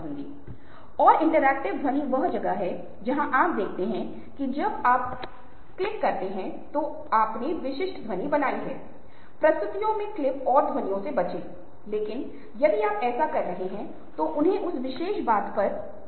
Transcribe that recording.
मैं सॉफ्टवेयर के एक खुले स्रोत की बात कर सकता हूं आइए हम कहते हैं कि उत्पादों के चार अलग अलग प्रकार हैं जो अन्यथा बहुत बहुत महंगे हैं जाहिर है साझा करने के लिए आपको समूह बनाने और सहयोग करने की आवश्यकता है जिसके बारे में मैंने बात की थी